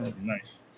Nice